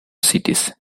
cities